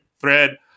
thread